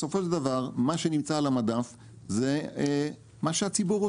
בסופו של דבר מה שנמצא על המדף זה מה שהציבור רוצה.